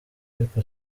ariko